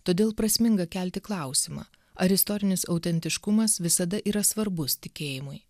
todėl prasminga kelti klausimą ar istorinis autentiškumas visada yra svarbus tikėjimui